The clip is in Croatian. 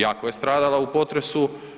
Jako je stradala u potresu.